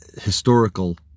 historical